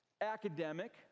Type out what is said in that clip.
academic